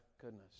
goodness